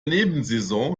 nebensaison